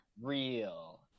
real